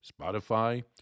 Spotify